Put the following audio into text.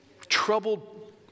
troubled